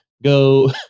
Go